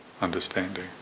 understanding